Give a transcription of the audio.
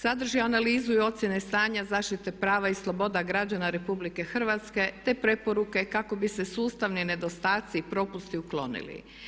Sadrži analizu i ocjene stanja, zaštite prava i sloboda građana RH te preporuke kako bi se sustavni nedostaci i propusti uklonili.